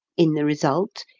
in the result,